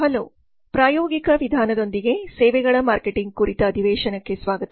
hello ಪ್ರಾಯೋಗಿಕ ವಿಧಾನದೊಂದಿಗೆ ಸೇವೆಗಳ ಮಾರ್ಕೆಟಿಂಗ್ ಕುರಿತ ಅಧಿವೇಶನಕ್ಕೆ ಸ್ವಾಗತ